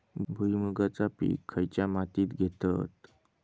भुईमुगाचा पीक खयच्या मातीत घेतत?